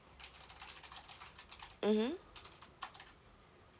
mmhmm